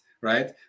right